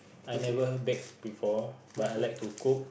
I never bake before but I like to cook